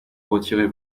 retirez